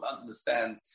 understand